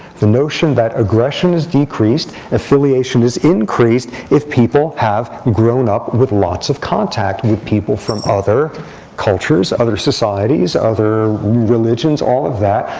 the notion that aggression is decreased, affiliation is increased, if people have grown up with lots of contact with people from other cultures, other societies other religions, all of that,